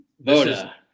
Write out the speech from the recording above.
Voda